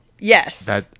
Yes